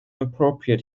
appropriate